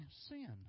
sin